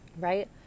right